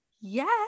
Yes